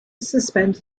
suspend